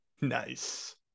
nice